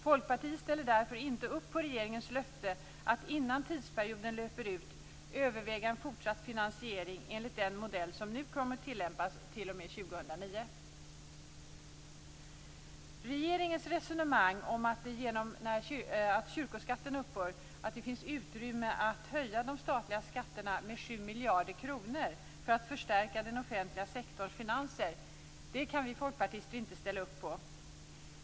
Folkpartiet ställer därför inte upp på regeringens löfte att innan tidsperioden löper ut överväga en fortsatt finansiering enligt den modell som nu kommer att tillämpas t.o.m. år 2009. Regeringens resonemang om att det genom att kyrkoskatten upphör finns utrymme att höja de statliga skatterna med 7 miljarder kronor för att förstärka den offentliga sektorns finanser kan vi folkpartister inte ställa upp på.